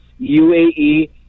UAE